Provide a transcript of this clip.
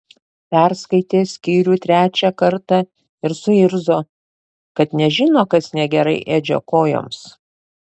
perskaitė skyrių trečią kartą ir suirzo kad nežino kas negerai edžio kojoms